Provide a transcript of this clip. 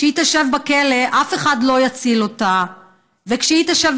כשהיא תשב בכלא אף אחד לא יציל אותה וכשהיא תשב